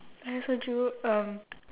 I also drew um